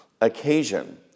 occasion